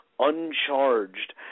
uncharged